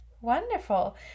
wonderful